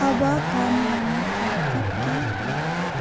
अब काम गर्न ट्राफिक के हो